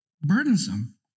burdensome